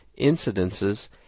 incidences